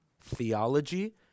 theology